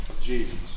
Jesus